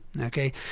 Okay